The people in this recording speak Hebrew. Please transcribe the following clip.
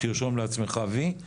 תרשום לעצמך "וי".